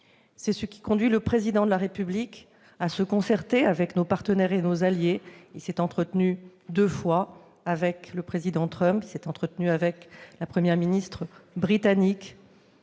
C'est ce qui conduit aussi le Président de la République à engager la concertation avec nos partenaires et nos alliés. Celui-ci s'est entretenu deux fois avec le président Trump et également avec la Première ministre britannique.